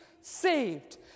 saved